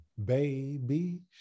Baby